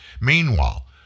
Meanwhile